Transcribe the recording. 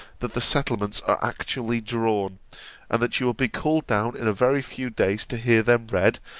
that the settlements are actually drawn and that you will be called down in a very few days to hear them read,